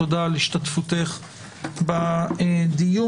תודה על השתתפותך בדיון.